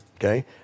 okay